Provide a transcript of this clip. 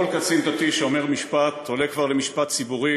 כל קצין דתי שאומר משפט עולה כבר למשפט ציבורי,